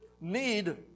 need